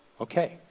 okay